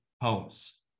homes